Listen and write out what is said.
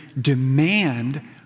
demand